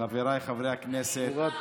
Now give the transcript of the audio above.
חבריי חברי הכנסת,